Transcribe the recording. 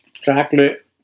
Chocolate